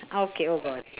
okay oh god